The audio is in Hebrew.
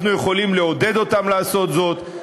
אנחנו יכולים לעודד אותם לעשות זאת,